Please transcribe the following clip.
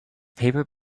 paper